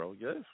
Yes